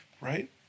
right